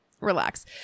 relax